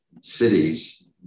cities